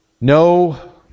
No